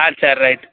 ஆ சரி ரைட்டு